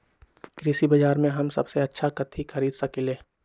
कृषि बाजर में हम सबसे अच्छा कथि खरीद सकींले?